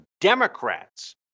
democrats